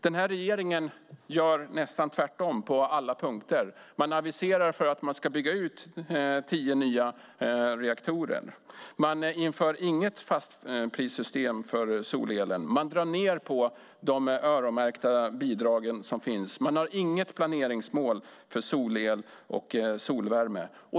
Den här regeringen gör nästan tvärtom på alla punkter. Man aviserar att man ska bygga ut tio nya reaktorer, man inför inget fastprissystem för solelen, man drar ned på de öronmärkta bidrag som finns och man har inget planeringsmål för solel och solvärme.